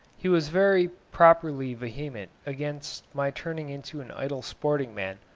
he was very properly vehement against my turning into an idle sporting man,